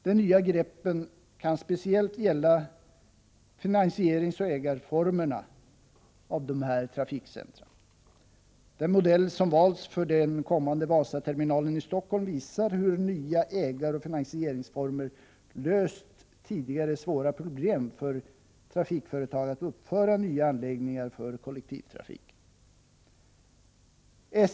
De nya greppen kan speciellt gälla finansieringsoch ägandeformerna för dessa trafikcentra. Den modell som valts för den kommande Vasaterminalen i Stockholm visar hur nya ägaroch finansieringsformer löst tidigare svåra problem för trafikföretag att uppföra nya anläggningar för kollektivtrafiken.